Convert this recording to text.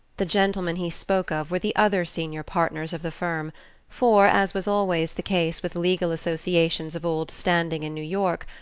the gentlemen he spoke of were the other senior partners of the firm for, as was always the case with legal associations of old standing in new york,